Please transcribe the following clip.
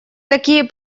такие